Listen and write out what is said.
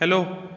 hello